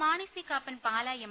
Mani C Kappan Pala M